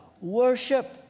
worship